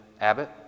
Abbott